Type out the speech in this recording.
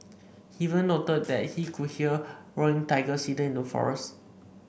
he even noted that he could hear roaring tigers hidden in the forest